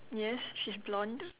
yes she's blonde